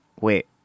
wait